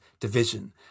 division